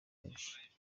benshi